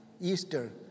Easter